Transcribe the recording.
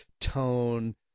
tone